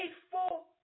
faithful